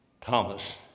Thomas